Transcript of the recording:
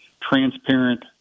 transparent